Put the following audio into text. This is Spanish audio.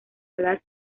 las